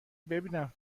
ببینم